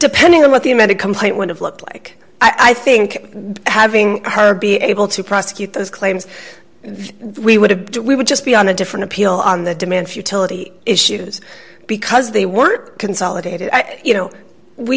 depending on what the amended complaint would have looked like i think having her be able to prosecute those claims we would have done we would just be on a different appeal on the demand futility issues because they were consolidated you know we